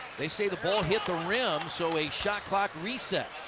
they say the ball hit the rim, so a shot clock reset.